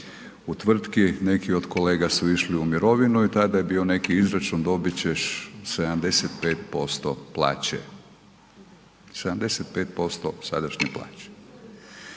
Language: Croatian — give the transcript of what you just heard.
u tvrtki neki od kolega su išli u mirovinu i tada je bio neki izračun dobit ćeš 75% plaće, 75% sadašnje plaće.